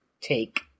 take